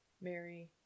Mary